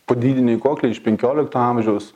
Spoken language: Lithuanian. padidiniai kokliai iš penkiolikto amžiaus